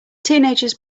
teenagers